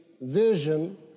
Vision